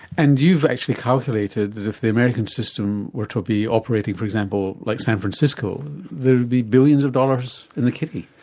and you've actually calculated that if the american system were to be operating for example like san francisco there would be billions of dollars in the kitty?